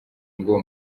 ngo